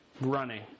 running